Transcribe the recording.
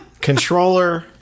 Controller